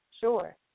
Sure